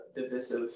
divisive